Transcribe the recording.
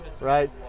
right